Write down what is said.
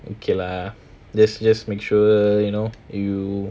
okay lah jus~ just make sure you know you